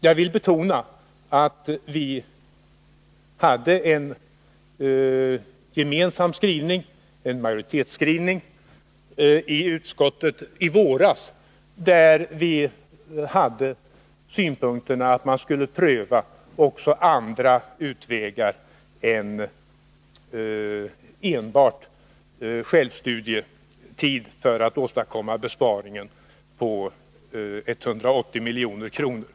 Jag vill betona att vi i våras hade en majoritetsskrivning i utskottet med den synpunkten att också andra utvägar än enbart självstudier skulle prövas för att åstadkomma besparingen på 180 milj.kr.